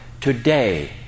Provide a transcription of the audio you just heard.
Today